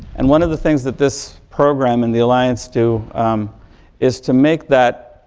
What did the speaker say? and one of the things that this program and the alliance do is to make that,